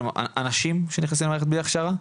כלומר אנשים שנכנסים למערכת בלי הכשרה?